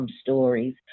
stories